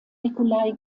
nikolai